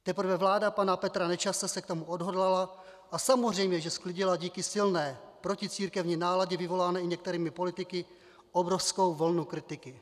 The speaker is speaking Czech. Teprve vláda pana Petra Nečase se k tomu odhodlala a samozřejmě že sklidila díky silné proticírkevní náladě vyvolané i některými politiky obrovskou vlnu kritiky.